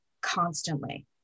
constantly